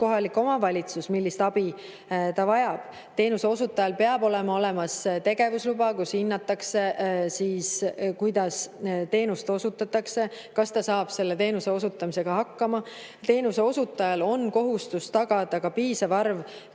kohalik omavalitsus, millist abi ta vajab. Teenuseosutajal peab olemas olema tegevusluba, kus hinnatakse, kuidas teenust osutatakse, kas ta saab selle teenuse osutamisega hakkama. Teenuseosutajal on kohustus tagada ka piisav arv